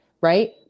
right